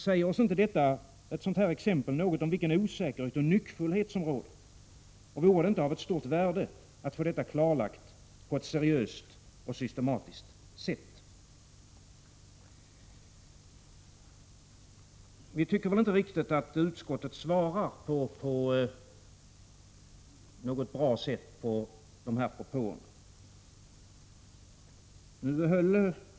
Säger oss inte ett sådant exempel något om vilken osäkerhet och nyckfullhet som råder, och vore det inte av stort värde att få detta klarlagt på ett seriöst och systematiskt sätt? Vi tycker inte att utskottet svarar på ett riktigt bra sätt på de här propåerna.